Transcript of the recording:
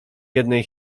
jednej